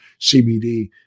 CBD